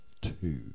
two